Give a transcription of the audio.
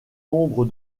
nombre